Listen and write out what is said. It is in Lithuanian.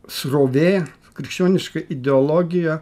srovė krikščioniška ideologija